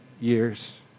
years